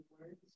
words